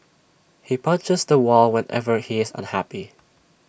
he punches the wall whenever he is unhappy